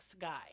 guy